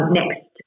next